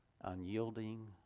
unyielding